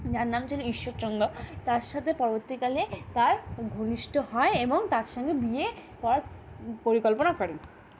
যার নাম ছিল ঈশ্বরচন্দ্র তার সাথে পরবর্তীকালে তার ঘনিষ্ঠ হয় এবং তার সঙ্গে বিয়ে পর পরিকল্পনা করেন